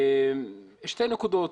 שתי נקודות,